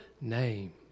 name